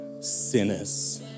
sinners